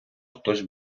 хтось